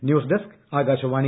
news desk Akashvani